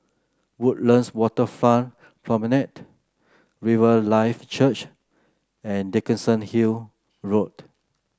Woodlands Waterfront Promenade Riverlife Church and Dickenson Hill Road